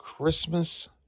Christmas